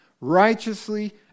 righteously